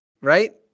right